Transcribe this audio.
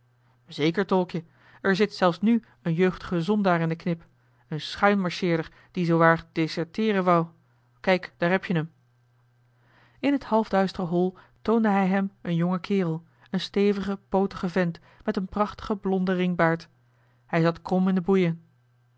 zeker tolkje er zit zelfs nu een jeugdige zondaar in de knip een schuin marcheerder die zoowaar deserteeren wou kijk daar heb-je m in het half duistere hol toonde hij hem een jongen kerel een stevigen pootigen vent met een prachtigen blonden ringbaard hij zat krom in de boeien